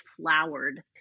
flowered